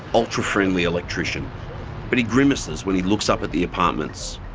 ultra-friendly electrician but he grimaces when he looks up at the apartments.